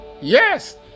Yes